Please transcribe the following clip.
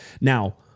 Now